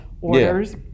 orders